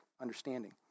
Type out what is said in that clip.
understanding